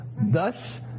Thus